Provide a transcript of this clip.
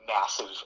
massive